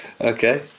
Okay